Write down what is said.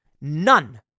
none